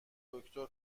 دکتر